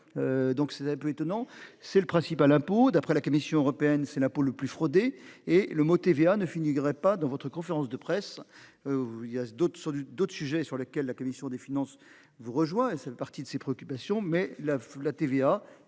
Donc c'était un peu étonnant, c'est le principal impôt d'après la Commission européenne, c'est l'impôt le plus frauder et le mot TVA ne finit Grey pas dans votre conférence de presse. Il y a d'autres sur d'autres sujets sur lesquels la commission des finances, vous rejoins et c'est le parti de ses préoccupations. Mais la la